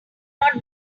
not